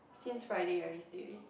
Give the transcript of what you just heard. since Friday I already stay already